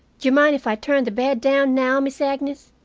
d'you mind if i turn the bed down now, miss agnes?